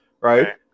right